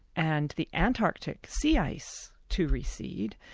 and the antarctic sea ice to recede,